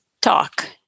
talk